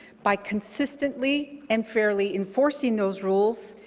by consistently and fairly enforcing those rules,